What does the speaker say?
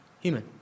human